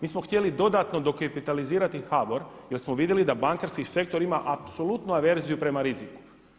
Mi smo htjeli dodatno dokapitalizirati HBOR jer smo vidjeli da bankarski sektor ima apsolutnu averziju prema riziku.